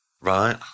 Right